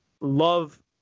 Love